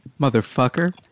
Motherfucker